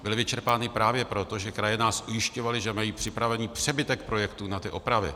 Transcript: Byly vyčerpány právě proto, že kraje nás ujišťovaly, že mají připravený přebytek projektů na opravy.